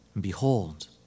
Behold